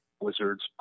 Wizards